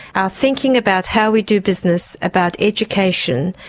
our thinking about how we do business, about education,